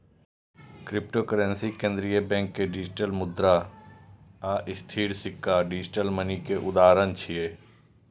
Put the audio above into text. cryptocurrency, केंद्रीय bank के digital मुद्रा आ स्थिर सिक्का डिजिटल मनी के उदाहरण छियै